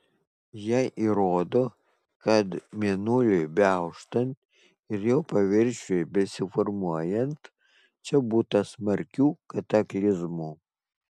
jie įrodo kad mėnuliui beauštant ir jo paviršiui besiformuojant čia būta smarkių kataklizmų